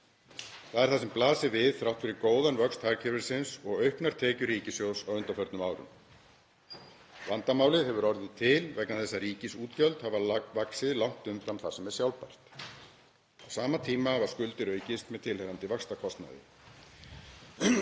Þetta er það sem blasir við þrátt fyrir góðan vöxt hagkerfisins og auknar tekjur ríkissjóðs á undanförnum árum. Vandamálið hefur orðið til vegna þess að ríkisútgjöld hafa vaxið langt umfram það sem er sjálfbært. Á sama tíma hafa skuldir aukist með tilheyrandi vaxtakostnaði.